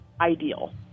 ideal